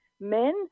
men